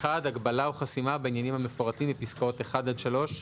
(1)הגבלה או חסימה בעניינים המפורטים בפסקאות (1) עד (3)